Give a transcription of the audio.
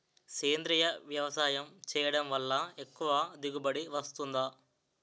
సేంద్రీయ వ్యవసాయం చేయడం వల్ల ఎక్కువ దిగుబడి వస్తుందా?